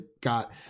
got